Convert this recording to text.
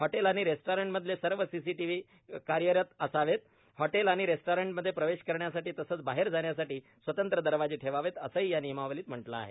हॉटेलं आणि रेस्टॉरंटमधले सर्व सीसीटीव्ही कार्यरत असावेत हॉटेलं आणि रेस्टॉरंटमधे प्रवेश करण्यासाठी तसंच बाहेर जाण्यासाठी स्वतंत्र दरवाजे ठेवावेत असंही या नियमावलीत म्हटलं आहे